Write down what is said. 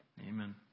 Amen